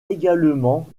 également